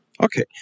Okay